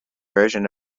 version